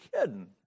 kidding